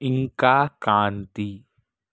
ఇంకా కాంతి